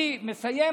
אני מסיים,